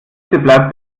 bleibt